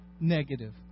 negative